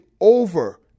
over